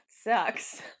sucks